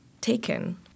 taken